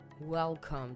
Welcome